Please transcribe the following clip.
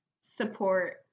support